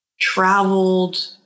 traveled